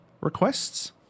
requests